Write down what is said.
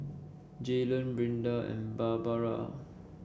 Jaylon Brinda and Barbara